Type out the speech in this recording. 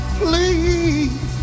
please